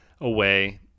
away